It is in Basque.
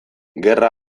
gerra